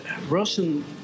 Russian